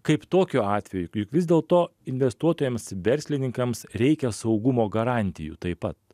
kaip tokiu atveju juk vis dėlto investuotojams verslininkams reikia saugumo garantijų taip pat